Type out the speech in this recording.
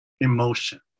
emotion